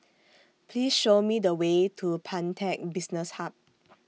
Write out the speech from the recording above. Please Show Me The Way to Pantech Business Hub